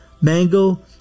mango